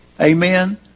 Amen